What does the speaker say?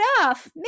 off